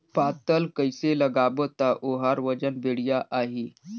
पातल कइसे लगाबो ता ओहार वजन बेडिया आही?